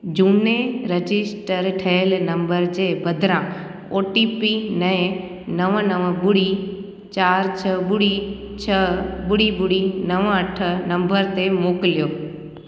झूने रजिस्टर थियल नंबर जे बदिरां ओ टी पी नएं नवं नवं ॿुड़ी चार छ्ह ॿुड़ी छ्ह ॿुड़ी ॿुड़ी नवं अठ नंबर ते मोकिलियो